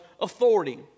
authority